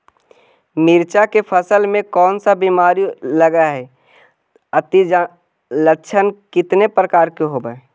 मीरचा के फसल मे कोन सा बीमारी लगहय, अती लक्षण कितने प्रकार के होब?